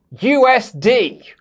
USD